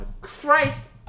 Christ